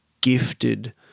gifted